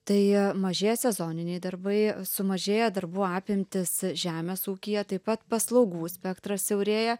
tai mažėja sezoniniai darbai sumažėja darbų apimtys žemės ūkyje taip pat paslaugų spektras siaurėja